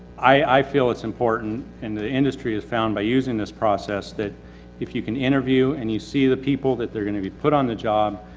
i, i, feel it's important, and the industry has found by using this process, that if you can interview, and you see the people, that their gonna be put on the job,